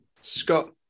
Scott